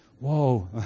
Whoa